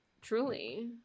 Truly